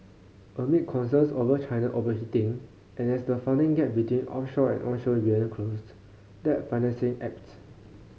amid concerns over China overheating and as funding gap between offshore and onshore yuan closes that financing ebbs